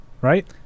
right